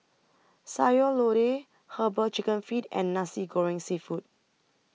Sayur Lodeh Herbal Chicken Feet and Nasi Goreng Seafood